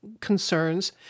concerns